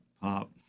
pop